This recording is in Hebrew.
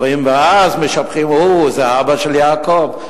רואים, ואז משבחים: או, זה אבא של יעקב.